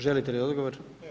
Želite li odgovor?